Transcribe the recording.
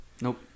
Nope